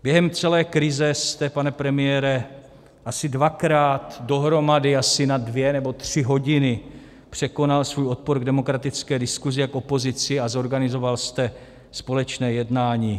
Během celé krize jste, pane premiére, asi dvakrát dohromady asi na dvě nebo tři hodiny překonal svůj odpor k demokratické diskusi a opozici a zorganizoval jste společné jednání.